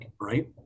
right